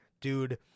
Dude